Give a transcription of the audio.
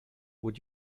would